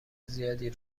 زیادی